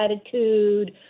attitude